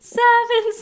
seven